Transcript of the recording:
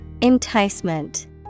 Enticement